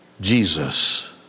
Jesus